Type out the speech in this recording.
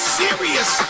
serious